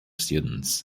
students